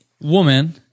woman